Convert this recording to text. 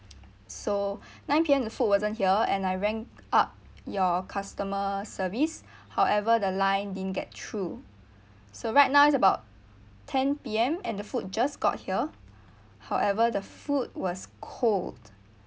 so nine P_M the food wasn't here and I rang up your customer service however the line didn't get through so right now it's about ten P_M and the food just got here however the food was cold